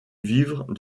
vivre